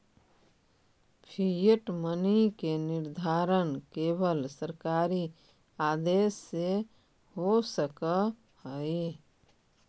fiat money के निर्धारण केवल सरकारी आदेश से हो सकऽ हई